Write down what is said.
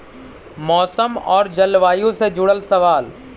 मौसम और जलवायु से जुड़ल सवाल?